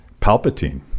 Palpatine